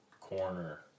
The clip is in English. corner